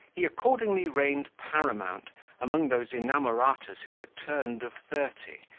he accordingly reigned paramount among those inamoratas who were turned of thirty,